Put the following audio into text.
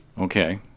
Okay